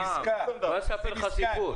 --- איזה סטנדרטים?